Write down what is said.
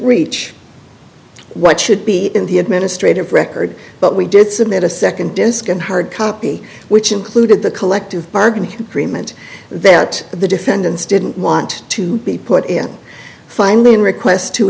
reach what should be in the administrative record but we did submit a second disk and hard copy which included the collective bargaining agreement that the defendants didn't want to be put into finding requests to